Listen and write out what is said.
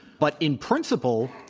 but in principle,